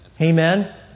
Amen